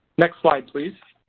next slide please.